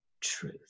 truth